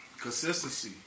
consistency